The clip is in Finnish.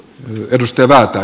herra puhemies